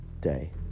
day